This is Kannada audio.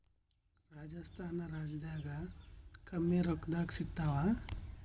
ರಾಜಸ್ಥಾನ ರಾಜ್ಯದಾಗ ಕಮ್ಮಿ ರೊಕ್ಕದಾಗ ಸಿಗತ್ತಾವಾ?